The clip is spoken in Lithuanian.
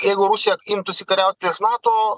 jeigu rusija imtųsi kariauti prieš nato